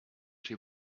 she